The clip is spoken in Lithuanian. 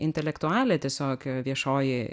intelektualė tiesiog viešoji